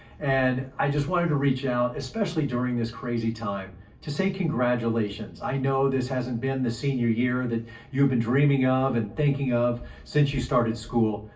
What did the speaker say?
and i just wanted to reach out, especially during this crazy time to say, congratulations. i know this hasn't been the senior year that you have been dreaming of and thinking of since you started school,